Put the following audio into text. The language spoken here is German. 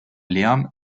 lärm